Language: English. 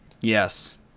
Yes